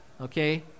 okay